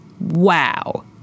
wow